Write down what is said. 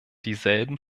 dieselben